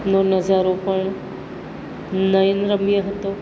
નો નજારો પણ નયનરમ્ય હતો